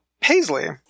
Paisley